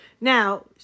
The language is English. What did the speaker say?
Now